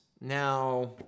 Now